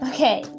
Okay